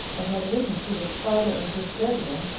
and had written to his father and his brethren,